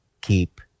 keep